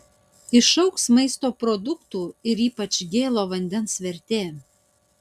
išaugs maisto produktų ir ypač gėlo vandens vertė